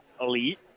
elite